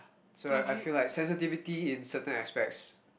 so I I feel like sensitivity in certain aspects